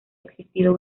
existido